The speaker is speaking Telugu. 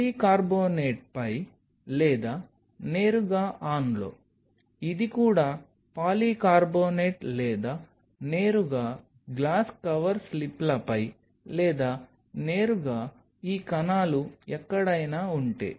పాలికార్బోనేట్పై లేదా నేరుగా ఆన్లో ఇది కూడా పాలికార్బోనేట్ లేదా నేరుగా గ్లాస్ కవర్ స్లిప్లపై లేదా నేరుగా ఈ కణాలు ఎక్కడైనా ఉంటే